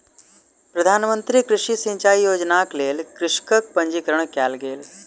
प्रधान मंत्री कृषि सिचाई योजनाक लेल कृषकक पंजीकरण कयल गेल